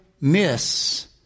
miss